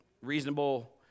reasonable